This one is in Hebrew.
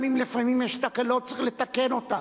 גם אם לפעמים יש תקלות, צריך לתקן אותן,